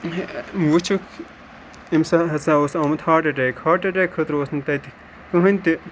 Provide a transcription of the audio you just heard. وٕچھُکھ أمِس ہَسا اوس آمُت ہاٹ اَٹیک ہاٹ اَٹیک خٲطرٕ اوس نہٕ تَتہِ کٕہٕنۍ تہِ